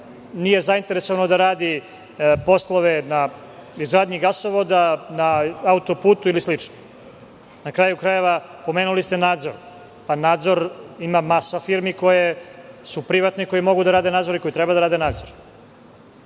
nije zainteresovano da radi poslove na izgradnji gasovoda, na autoputu ili slično. Na kraju krajeva, pomenuli ste nadzor. Ima masa firmi koje su privatne i koje mogu da rade nadzor i koje treba da rade nadzor.